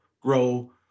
grow